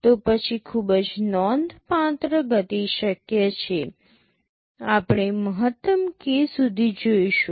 તો પછી ખૂબ જ નોંધપાત્ર ગતિ શક્ય છે આપણે મહત્તમ k સુધી જોઈશું